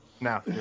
now